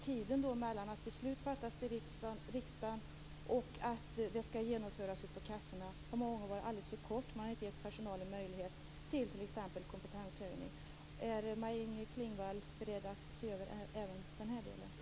Tiden mellan det att beslut fattas i riksdagen och att dessa beslut skall genomföras ute på kassorna har många gånger varit alldeles för kort. Man har inte givit personalen möjlighet till t.ex. kompetenshöjning. Är Maj-Inger Klingvall beredd att se över även den delen?